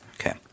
Okay